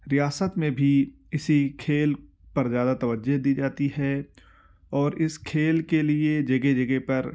ریاست میں بھی اسی کھیل پر زیادہ توجہ دی جاتی ہے اور اس کھیل کے لیے جگہ جگہ پر